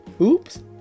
Oops